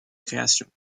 création